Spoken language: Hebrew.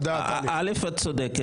קודם כול את צודקת.